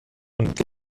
und